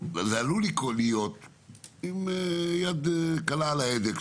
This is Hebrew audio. זה עלול לקרות עם יד קלה על ההדק,